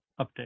update